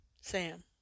Sam